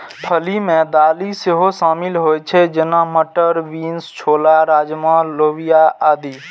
फली मे दालि सेहो शामिल होइ छै, जेना, मटर, बीन्स, छोला, राजमा, लोबिया आदि